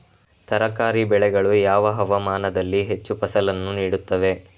ತರಕಾರಿ ಬೆಳೆಗಳು ಯಾವ ಹವಾಮಾನದಲ್ಲಿ ಹೆಚ್ಚು ಫಸಲನ್ನು ನೀಡುತ್ತವೆ?